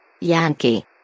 Yankee